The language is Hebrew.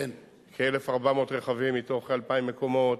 כ-1,400 רכבים מתוך 2,000 מקומות.